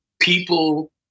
people